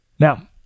Now